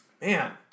man